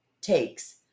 takes